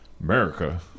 america